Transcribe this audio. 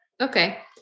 Okay